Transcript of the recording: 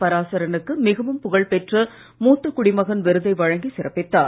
பராசரனுக்கு மிகவும் புகழ்பெற்ற மூத்த குடிமகன் விருதை வழங்கி சிறப்பித்தார்